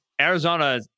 Arizona